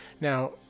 Now